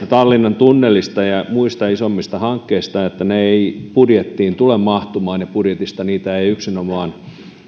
tallinnan tunnelista ja muista isommista hankkeista että ne eivät budjettiin tule mahtumaan ja budjetista niitä ei ei yksinomaan